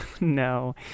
No